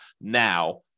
now